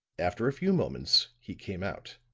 after a few moments he came out.